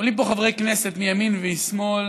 עולים פה חברי כנסת מימין ומשמאל,